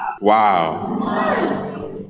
Wow